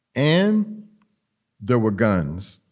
and there were guns.